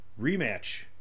rematch